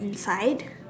inside